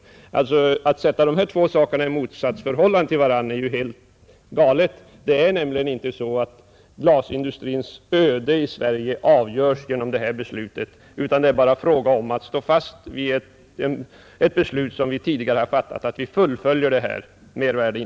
Det är helt galet att sätta dessa båda saker i motsatsförhållande till varandra. Glasindustrins öde i Sverige avgörs inte genom det beslut vi nu skall fatta. Det är bara fråga om att stå fast vid och fullfölja ett beslut vi tidigare fattat. Mera är det inte fråga om.